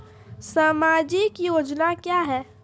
समाजिक योजना क्या हैं?